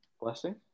blessing